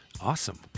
Awesome